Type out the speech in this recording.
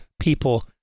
People